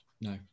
No